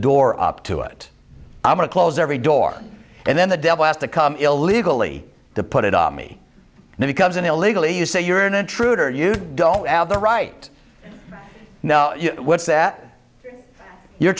door up to it i'm gonna close every door and then the devil has to come illegally to put it on me and he comes in illegally you say you're an intruder you go out there right now what's that you're